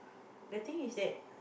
the things is that